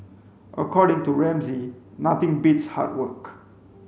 according to Ramsay nothing beats hard work